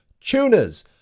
tuners